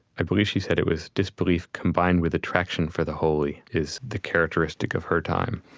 i believe she said it was disbelief combined with attraction for the holy is the characteristic of her time.